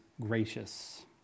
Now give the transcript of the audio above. gracious